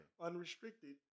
unrestricted